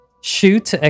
Shoot